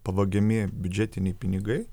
pavagiami biudžetiniai pinigai